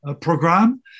program